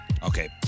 Okay